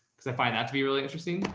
because i find that to be really interesting.